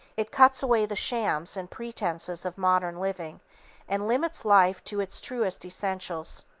it cuts away the shams and pretences of modern living and limits life to its truest essentials.